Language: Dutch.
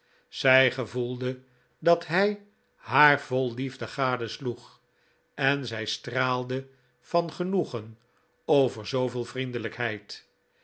zij gevoelde dat hij haar vol liefde gadesloeg en zij straalde van genoegen over zooveel vriendelijkheid